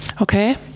Okay